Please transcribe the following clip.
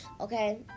Okay